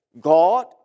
God